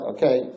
Okay